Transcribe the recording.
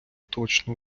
точно